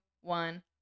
one